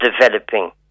developing